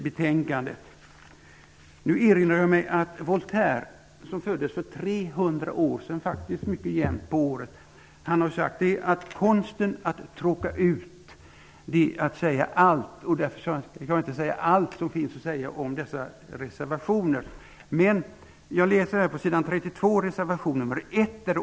Jag erinrar mig att Voltaire, som föddes för jämnt 300 år sedan, har sagt att konsten att tråka ut är att säga allt. Därför skall jag inte säga allt som finns att säga om dessa reservationer. Åke Gustavsson står som första namn under reservation 1.